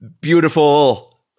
beautiful